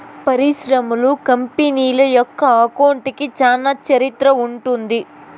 పరిశ్రమలు, కంపెనీల యొక్క అకౌంట్లకి చానా చరిత్ర ఉంటది